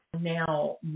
now